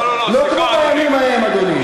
לא כמו בימים ההם, אדוני.